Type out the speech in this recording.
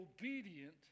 obedient